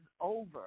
over